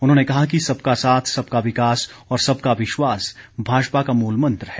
उन्होंने कहा कि सबका साथ सबका विकास और सबका विश्वास भाजपा का मूल मंत्र है